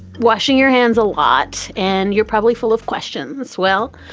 washing your hands a lot, and you're probably full of questions. swell.